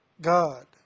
God